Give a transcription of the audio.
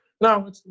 No